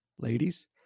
ladies